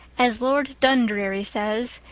as lord dundreary says,